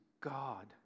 God